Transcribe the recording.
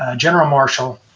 ah general marshall,